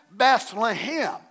Bethlehem